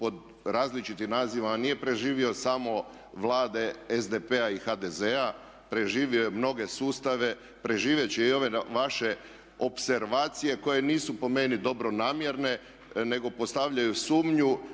od različitih naziva nije preživio samo Vlade SDP-a i HDZ-a, preživio je mnoge sustave, preživjeti će i ove vaše opservacije koje nisu po meni dobronamjerne nego postavljaju sumnju